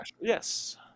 Yes